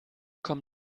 komm